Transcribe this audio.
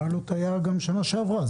הפיילוט היה גם בשנה שעברה.